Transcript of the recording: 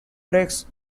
tracks